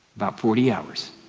about forty hours.